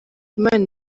imana